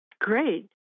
Great